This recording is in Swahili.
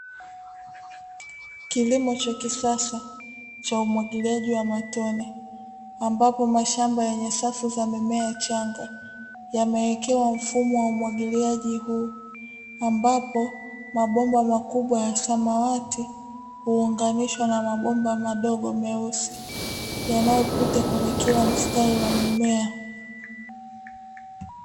Kilimo cha kisasa cha umwagiliaji wa matone ambapo mashamba, yenye safu za mimea changa yamewekewa mfumo wa umwagiliaji huu, ambapo mabomba makubwa ya samawati huonganishwa na mabomba madogo meusi yanayopita kwenye kila mstari wa mimea.